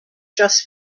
just